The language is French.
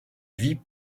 vie